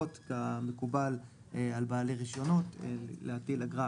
שירות מידע וגם בעל רישיון מרשות שוק ההון.